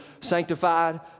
sanctified